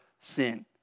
sin